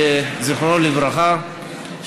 זיכרונו לברכה,